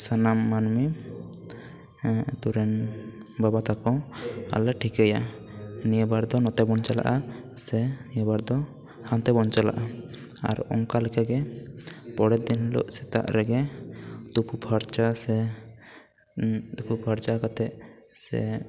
ᱥᱟᱱᱟᱢ ᱢᱟᱹᱱᱢᱤ ᱟᱛᱳ ᱨᱮᱱ ᱵᱟᱵᱟ ᱛᱟᱠᱚ ᱟᱞᱮ ᱴᱷᱤᱠᱟᱹᱭᱟ ᱱᱤᱭᱟᱹ ᱵᱟᱨ ᱫᱚ ᱱᱚᱛᱮ ᱵᱚᱱ ᱪᱟᱞᱟᱜᱼᱟ ᱥᱮ ᱱᱤᱭᱟᱹ ᱵᱟᱨ ᱫᱚ ᱦᱟᱱᱛᱮ ᱵᱚᱱ ᱪᱟᱞᱟᱜᱼᱟ ᱟᱨ ᱚᱱᱠᱟ ᱞᱮᱠᱟ ᱜᱮ ᱯᱚᱨᱮ ᱫᱤᱱ ᱦᱤᱞᱚᱜ ᱥᱮᱛᱟᱜ ᱨᱮᱜᱮ ᱛᱳᱯᱳ ᱯᱷᱟᱨᱪᱟ ᱥᱮ ᱛᱳᱯᱳ ᱯᱷᱟᱨᱪᱟ ᱠᱟᱛᱮ ᱥᱮ